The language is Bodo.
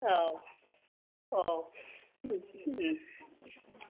औ औ